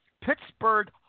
Pittsburgh